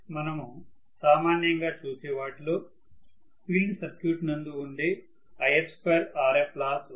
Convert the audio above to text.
మనము సామాన్యంగా చూసేవాట్లో ఫీల్డ్ సర్క్యూట్ నందు ఉండే If2Rf లాస్ ఒకటి